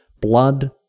blood